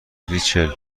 ریچل